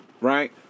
right